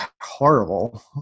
horrible